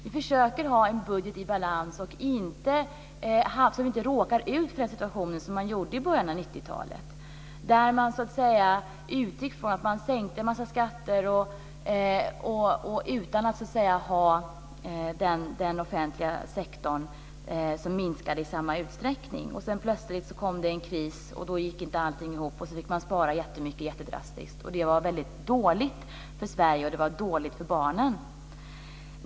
Vi försöker ha en budget i balans, så att vi inte råkar ut för den situation som man gjorde i början av 90-talet, då man sänkte en massa skatter utan att den offentliga sektorn minskade i samma utsträckning. Sedan kom det plötsligt en kris, och då gick inte allting ihop. Då fick man spara jättemycket, jättedrastiskt. Det var väldigt dåligt för Sverige, och det var dåligt för barnen.